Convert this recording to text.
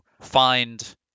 find